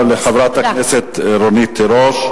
תודה לחברת רונית תירוש.